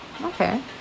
okay